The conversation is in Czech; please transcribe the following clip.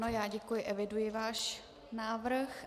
Ano, já děkuji, eviduji váš návrh.